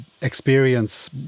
experience